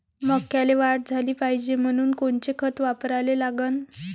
मक्याले वाढ झाली पाहिजे म्हनून कोनचे खतं वापराले लागन?